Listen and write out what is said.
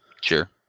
Sure